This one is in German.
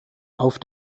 auf